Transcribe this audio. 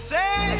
Say